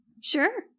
Sure